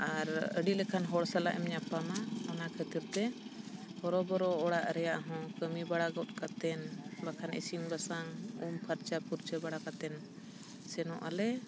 ᱟᱨ ᱟᱹᱰᱤ ᱞᱮᱠᱷᱟᱱ ᱦᱚᱲ ᱥᱟᱞᱟᱜ ᱮᱢ ᱧᱟᱯᱟᱢᱟ ᱚᱱᱟ ᱠᱷᱟᱹᱛᱤᱨ ᱛᱮ ᱵᱚᱨᱚ ᱵᱚᱨᱚ ᱚᱲᱟᱜ ᱨᱮᱭᱟᱜ ᱦᱚᱸ ᱠᱟᱹᱢᱤ ᱵᱟᱲᱟ ᱜᱚᱫ ᱠᱟᱛᱮ ᱵᱟᱠᱷᱟᱱ ᱤᱥᱤᱱ ᱵᱟᱥᱟᱝ ᱩᱢ ᱯᱷᱟᱨᱪᱟ ᱯᱷᱩᱨᱪᱟᱹ ᱵᱟᱲᱟ ᱠᱟᱛᱮ ᱥᱮᱱᱚᱜ ᱟᱞᱮ